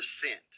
percent